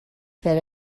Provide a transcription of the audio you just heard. that